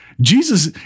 Jesus